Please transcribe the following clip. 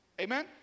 amen